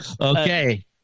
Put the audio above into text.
Okay